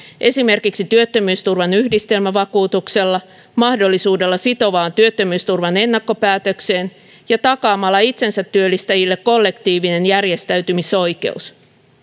esimerkiksi työttömyysturvan yhdistelmävakuutuksella mahdollisuudella sitovaan työttömyysturvan ennakkopäätökseen ja takaamalla itsensätyöllistäjille kollektiivinen järjestäytymisoikeus